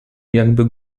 jakby